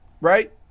right